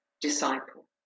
disciple